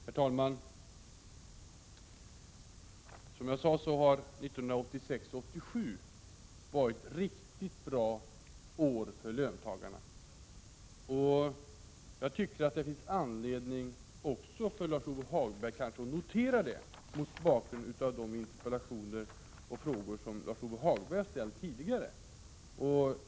Herr talman! Som jag sade har 1986/87 varit ett riktigt bra år för löntagarna. Jag tycker att också Lars-Ove Hagberg har anledning att notera det, mot bakgrund av de interpellationer och frågor som han tidigare har framställt.